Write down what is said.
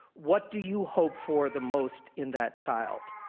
what do you hope for the most in that child?